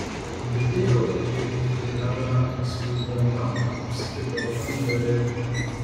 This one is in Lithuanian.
girdėjau kaip chimera zvimbdama apskrido kambarį